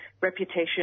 reputation